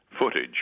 footage